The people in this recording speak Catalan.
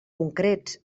concrets